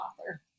author